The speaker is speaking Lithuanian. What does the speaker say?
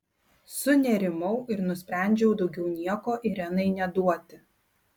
sunerimau ir nusprendžiau daugiau nieko irenai neduoti